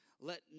let